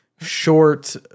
short